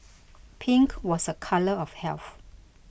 pink was a colour of health